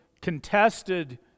contested